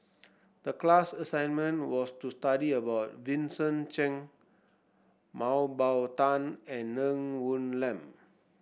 the class assignment was to study about Vincent Cheng Mah Bow Tan and Ng Woon Lam